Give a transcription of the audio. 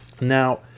Now